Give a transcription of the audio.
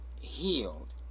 healed